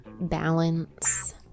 balance